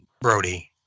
Brody